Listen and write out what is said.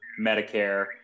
Medicare